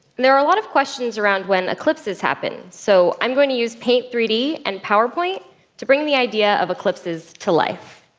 ah lot of questions around when eclipses happen, so i'm gonna use paint three d and powerpoint to bring the idea of eclipses to life.